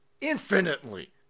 infinitely